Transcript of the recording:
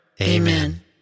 Amen